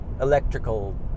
electrical